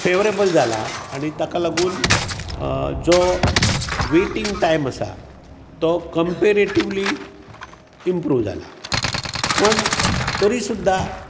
favourable जाला आनी ताका लागुन जो वेटिंग टायम आसा तो कम्पेरेटिव्ली इंम्प्रूव जाला पण तरी सुद्दां